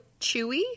chewy